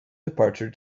departure